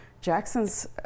Jackson's